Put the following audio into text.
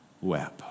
web